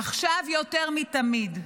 עכשיו יותר מתמיד,